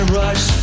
rush